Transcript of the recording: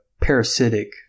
parasitic